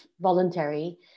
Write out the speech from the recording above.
voluntary